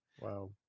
wow